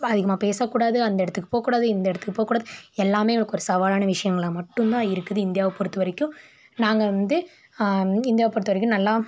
அதிகமாக பேசக்கூடாது அந்த இடத்துக்கு போக்கூடாது இந்த இடத்துக்கு போக்கூடாது எல்லாம் எங்களுக்கு ஒரு சவாலான விஷயங்களா மட்டுந்தான் இருக்குது இந்தியாவை பொறுத்த வரைக்கும் நாங்கள் வந்து இந்தியாவை பொறுத்த வரைக்கும் நல்லா